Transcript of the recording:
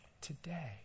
today